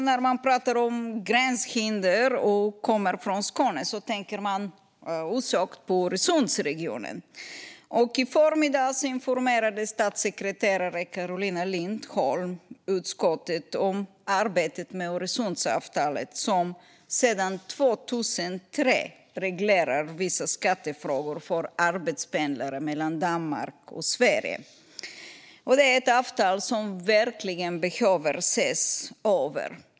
När man talar om gränshinder och kommer från Skåne tänker man osökt på Öresundsregionen. I förmiddags informerade statssekreterare Carolina Lindholm utskottet om arbetet med Öresundsavtalet, som sedan 2003 reglerar vissa skattefrågor för arbetspendlare mellan Danmark och Sverige. Det är ett avtal som verkligen behöver ses över.